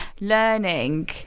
learning